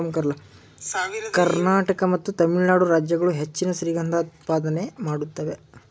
ಕರ್ನಾಟಕ ಮತ್ತು ತಮಿಳುನಾಡು ರಾಜ್ಯಗಳು ಹೆಚ್ಚಿನ ಶ್ರೀಗಂಧ ಉತ್ಪಾದನೆ ಮಾಡುತ್ತೇವೆ